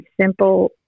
simple